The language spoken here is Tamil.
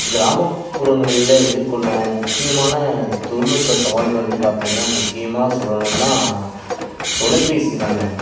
கிராமப்புறங்களில் எதிர்க்கொள்ளும் முக்கியமான தொழில்நுட்ப சவால்கள்ன்னு பார்த்திங்கன்னா முக்கியமாக சொல்லனுன்னா தொலைபேசி தாங்க